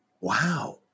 Wow